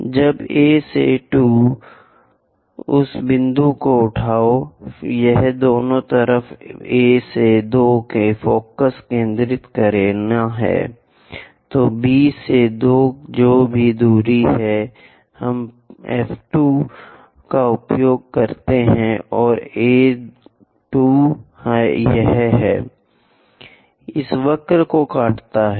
अब A से 2 उस बिंदु को उठाओ यह दोनों तरफ A से 2 के फोकस केंद्रित करने हैI तो B से 2 जो भी दूरी हैं हम F 2 का उपयोग करते हैं जो A 2 है इस वक्र को काटते हैं